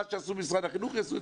מה שעשו משרד החינוך יעשו אצלכם.